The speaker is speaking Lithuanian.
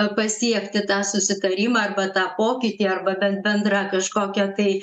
pasiekti tą susitarimą arba tą pokytį arba bent bendrą kažkokią tai